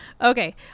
Okay